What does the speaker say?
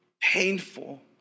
Painful